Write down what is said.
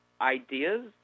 ideas